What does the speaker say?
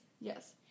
Yes